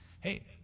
Hey